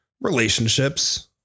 relationships